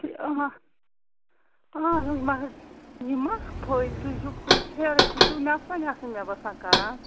ہتے آ پرٛارُن مگر یِما فٲیدٕ تُہۍ چھِو فٲے پھیرے تُہۍ چھُو نٮ۪صفا نٮ۪صف مےٚ باسان کَران